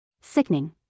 Sickening